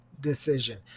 decision